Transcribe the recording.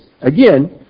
again